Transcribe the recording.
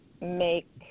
make